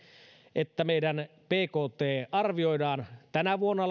että meidän bktn siis kansantuotteen arvioidaan tänä vuonna